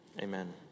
Amen